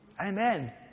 Amen